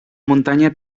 muntanya